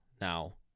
now